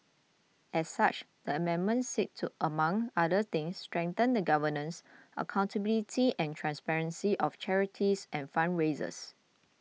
as such the amendments seek to among other things strengthen the governance accountability and transparency of charities and fundraisers